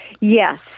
Yes